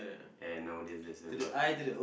and nowadays there's a lot